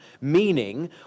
meaning